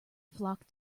flock